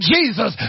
Jesus